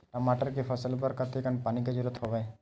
टमाटर के फसल बर कतेकन पानी के जरूरत हवय?